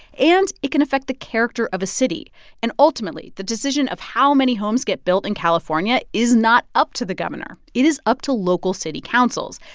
and it can affect the character of a city and ultimately, the decision of how many homes get built in california is not up to the governor. it is up to local city councils.